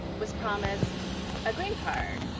was promised a green card,